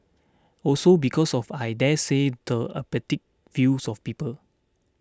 also because of I daresay the apathetic views of people